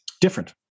Different